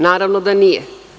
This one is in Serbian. Naravno da nije.